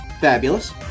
Fabulous